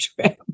trip